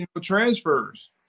transfers